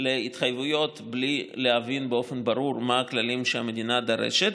להתחייבויות בלי להבין באופן ברור מה הכללים שהמדינה דורשת.